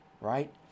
right